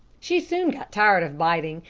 she soon got tired of biting,